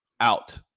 Out